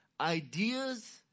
ideas